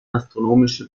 astronomische